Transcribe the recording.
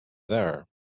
there